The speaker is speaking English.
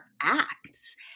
acts